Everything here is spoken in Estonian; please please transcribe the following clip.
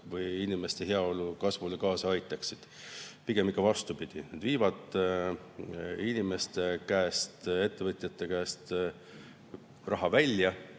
või inimeste heaolu kasvule kaasa aitaksid. Pigem ikka vastupidi. Need võtavad inimeste käest, ettevõtjate käest raha ära,